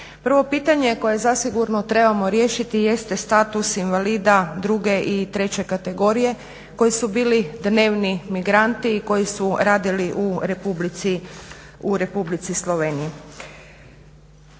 Prvo pitanje koje zasigurno trebamo riješiti jeste status invalida druge i treće kategorije koji su bili dnevni migranti i koji su radili u Republici Sloveniji.